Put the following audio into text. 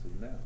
now